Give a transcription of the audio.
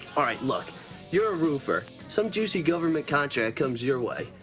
all right, look you're roofer. some juicy government contract comes your way.